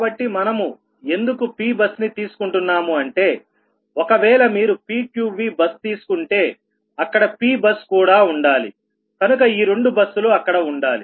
కాబట్టి మనము ఎందుకు Pబస్ ని తీసుకుంటున్నాము అంటే ఒకవేళ మీరు PQVబస్ తీసుకుంటే అక్కడ Pబస్ కూడా ఉండాలి కనుక ఈ రెండు బస్సులు అక్కడ ఉండాలి